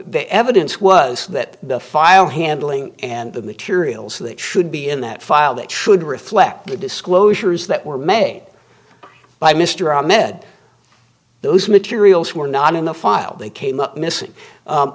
the evidence was that the file handling and the materials that should be in that file that should reflect the disclosures that were may by mr ahmed those materials were not in the file they came up missing